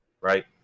right